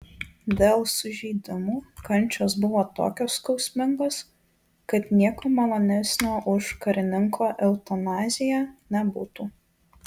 dėl sužeidimų kančios buvo tokios skausmingos kad nieko malonesnio už karininko eutanaziją nebūtų